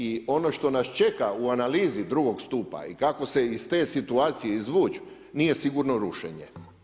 I ono što nas čeka u analizi drugog stupa i kako se iz te situacije izvući nije sigurno rušenje.